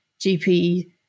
GP